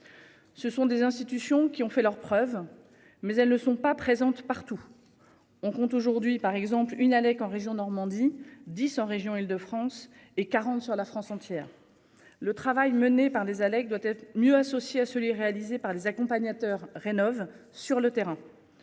Ce sont des institutions qui ont fait leurs preuves. Mais elles ne sont pas présentes partout. On compte aujourd'hui par exemple une Alec en région Normandie 10 en région Île-de-France et 40 sur la France entière le travail mené par les Allègre doit être mieux associés à celui réalisé par les accompagnateurs rénovent sur le terrain.